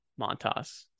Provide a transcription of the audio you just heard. Montas